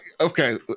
okay